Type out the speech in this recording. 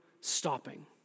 stopping